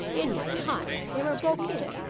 in my time they were broke in,